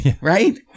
right